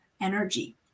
energy